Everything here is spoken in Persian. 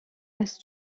است